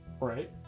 Right